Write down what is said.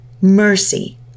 Mercy